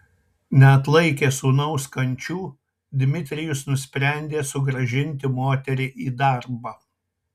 neatlaikęs sūnaus kančių dmitrijus nusprendė sugrąžinti moterį į darbą